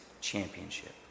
Championship